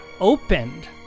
opened